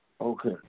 Okay